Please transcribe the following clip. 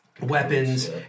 weapons